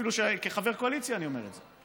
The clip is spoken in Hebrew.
אפילו כחבר קואליציה אני אומר את זה.